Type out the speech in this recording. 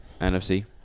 NFC